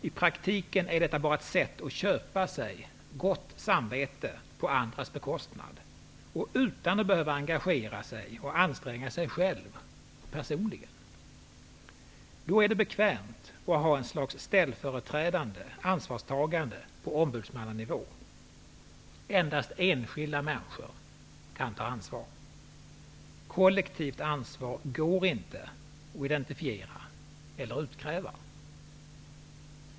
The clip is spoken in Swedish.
I praktiken är detta bara ett sätt att köpa sig gott samvete på andras bekostnad, utan att man behöver engagera sig och personligen anstränga sig. Det är bekvämt att ha ett slags ställföreträdande ansvarstagande på ombudsmannanivå. Endast enskilda människor kan ta ansvar. Kollektivt ansvar går inte att identifiera eller utkräva.